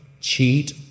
cheat